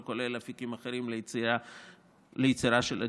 לא כולל אפיקים אחרים ליצירה של,